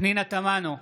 פנינה תמנו,